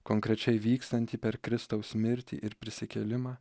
konkrečiai vykstanti per kristaus mirtį ir prisikėlimą